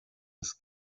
des